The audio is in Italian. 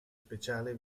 speciale